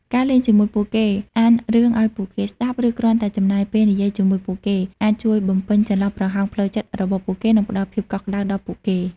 ការលេងជាមួយពួកគេ អានរឿងឱ្យពួកគេស្ដាប់ ឬគ្រាន់តែចំណាយពេលនិយាយជាមួយពួកគេ អាចជួយបំពេញចន្លោះប្រហោងផ្លូវចិត្តរបស់ពួកគេ និងផ្ដល់ភាពកក់ក្ដៅដល់ពួកគេ។